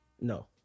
No